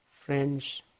friends